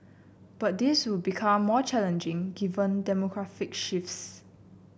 but this will become more challenging given demographic shifts